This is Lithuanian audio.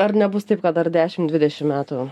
ar nebus taip kad dar dešim dvidešim metų